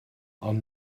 ond